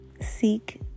seek